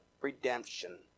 redemption